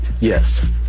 Yes